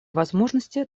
возможности